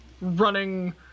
running